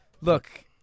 Look